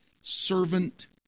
servant